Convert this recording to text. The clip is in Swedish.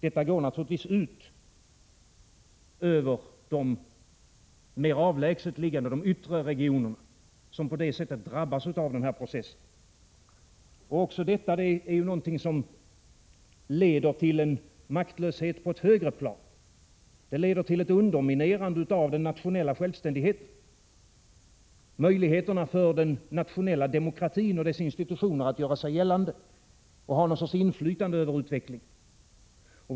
Detta går naturligtvis ut över de mera avlägset liggande, de yttre regionerna, som på det sättet drabbas av denna process. Också detta är någonting som leder till en maktlöshet på ett högre plan. Det leder till ett underminerande av den nationella självständigheten, möjligheterna för den nationella demokratin och dess institutioner att göra sig gällande och ha någon sorts inflytande över utvecklingen.